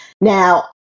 Now